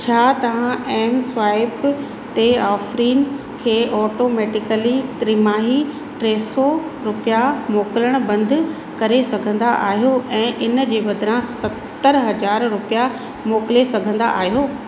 छा तव्हां एमस्वाइप ते आफ़रीन खे ऑटोमैटिकली त्रिमाही टे सौ रुपया मोकिलण बंदि करे सघंदा आहियो ऐं इन जे बदिरां सतरि हज़ार रुपया मोकिले सघंदा आहियो